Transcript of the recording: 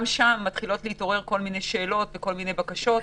שם מתחילות להתעורר כל מיני שאלות וכל מיני בקשות,